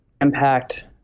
impact